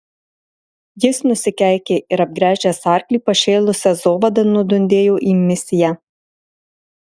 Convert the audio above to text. jis nusikeikė ir apgręžęs arklį pašėlusia zovada nudundėjo į misiją